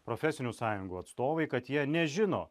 profesinių sąjungų atstovai kad jie nežino